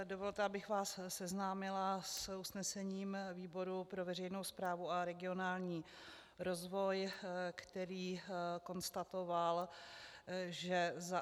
Dovolte, abych vás seznámila s usnesením výboru pro veřejnou správu a regionální rozvoj, který konstatoval, že